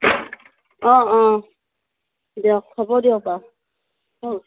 অ অ দিয়ক হ'ব দিয়ক বাৰু অ